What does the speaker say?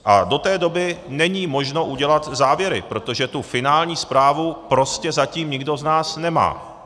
A do té doby není možno udělat závěry, protože tu finální zprávu prostě zatím nikdo z nás nemá.